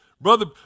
brother